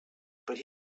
but